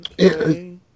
Okay